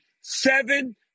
seven